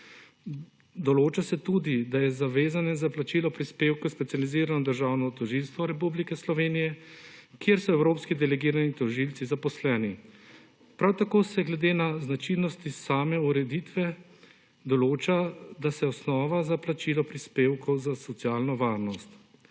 Določa se tudi, da je zavezanec za plačilo prispevka Specializirano državno tožilstvo Republike Slovenije, kjer so evropski delegirani tožilci zaposleni. Prav tako se glede na značilnosti same ureditve določa osnova za plačilo prispevkov za socialno varnost.